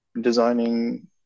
designing